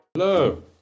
Hello